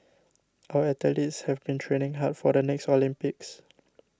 our athletes have been training hard for the next Olympics